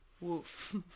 Woof